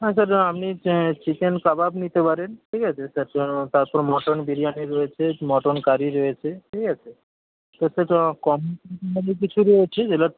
হ্যাঁ স্যার আপনি chicken kebab নিতে পারেন ঠিক আছে স্যার তারপর মটন বিরিয়ানি রয়েছে মটন কারি রয়েছে ঠিক আছে কম অনেক কিছু রয়েছে যেটা